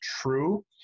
true